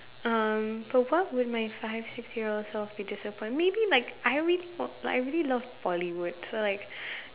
um but what would my five six year old self be disappointed maybe like I really l~ I really love Bollywood so like